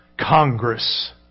Congress